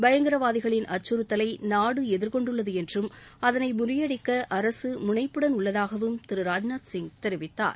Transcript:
பயங்கரவாதிகளின் அச்சுறுத்தலை நாடு எதிர்கொண்டுள்ளது என்றும் அதனை முறியடிக்க அரசு முனைப்புடன் உள்ளதாகவும் திரு ராஜ்நாத் சிங் தெரிவித்தார்